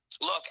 Look